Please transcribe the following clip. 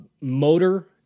Motor